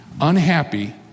unhappy